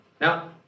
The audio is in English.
Now